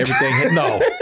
No